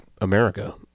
america